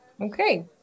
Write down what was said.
Okay